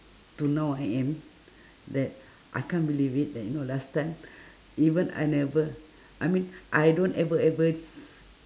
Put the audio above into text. to now I am that I can't believe it that you know last time even I never I mean I don't ever ever s~